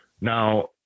now